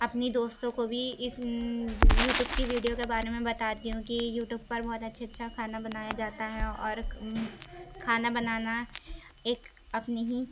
اپنی دوستوں کو بھی اس یو ٹیوب کی ویڈیو کے بارے میں بتاتی ہوں کہ یو ٹیوب پر بہت اچّھے اچّھا کھانا بنایا جاتا ہے اور کھانا بنانا ایک اپنی ہی